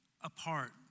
apart